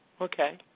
Okay